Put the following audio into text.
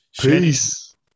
Peace